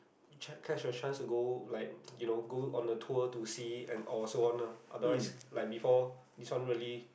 catch the chance to go like you know go on the tour to see and also wanna otherwise like before this one really